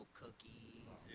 cookies